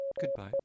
Goodbye